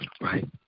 right